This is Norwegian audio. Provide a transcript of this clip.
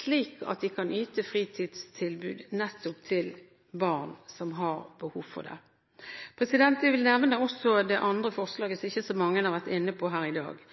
slik at de kan yte fritidstilbud til barn som har behov for det. Jeg vil også nevne det andre representantforslaget, som ikke så mange har vært inne på her i dag.